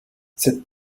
cette